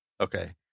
Okay